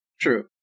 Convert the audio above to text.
True